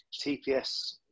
TPS